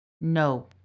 No